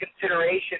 consideration